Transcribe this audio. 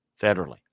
federally